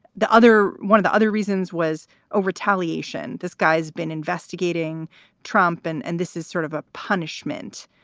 the other one of the other reasons was over television. this guy's been investigating trump, and and this is sort of a punishment.